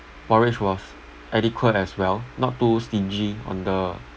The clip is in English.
porridge was adequate as well not too stingy on the